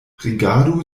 rigardu